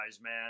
man